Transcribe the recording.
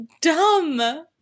dumb